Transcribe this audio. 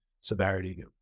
severity